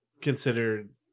considered